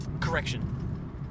Correction